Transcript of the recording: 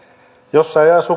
jossa ei asu